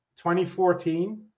2014